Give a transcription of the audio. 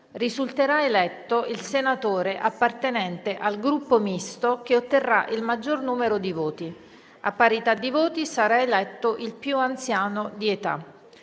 Risulterà eletto il senatore appartenente al Gruppo Misto che otterrà il maggior numero di voti. A parità di voti sarà eletto il più anziano di età.